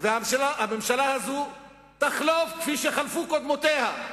הממשלה הזאת תחלוף כפי שחלפו קודמותיה.